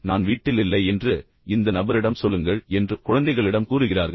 எனவே நான் வீட்டில் இல்லை என்று இந்த நபரிடம் சொல்லுங்கள் என்று அவர்கள் குழந்தைகளிடம் கூறுகிறார்கள்